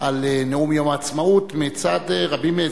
על נאום יום העצמאות מצד רבים מאזרחי,